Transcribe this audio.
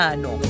no